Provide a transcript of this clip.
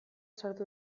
sartu